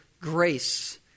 grace